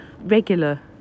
Regular